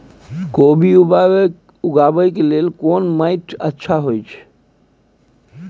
कोबी उगाबै के लेल कोन माटी अच्छा होय है?